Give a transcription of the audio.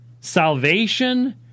salvation